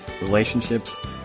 relationships